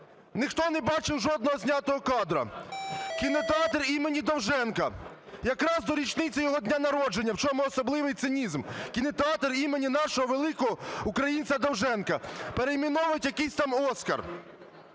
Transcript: Ніхто не бачив жодного знятого кадра. Кінотеатр імені Довженка, якраз до річниці його дня народження, в чому особливий цинізм: кінотеатр імені нашого великого українця Довженка перейменовувати в якийсь там "Оскар".